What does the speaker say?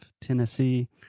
Tennessee